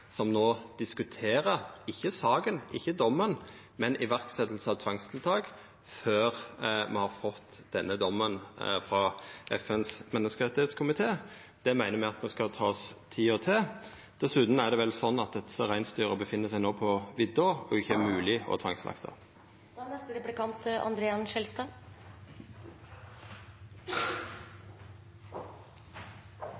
som no diskuterer – ikkje saka, ikkje dommen, men iverksetjinga av tvangstiltak, før me har fått denne dommen frå FNs menneskerettskomité. Det meiner me at me skal ta oss tid til. Dessutan er det vel sånn at desse reinsdyra no er på vidda og ikkje er mogleg å